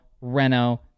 Renault